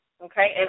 Okay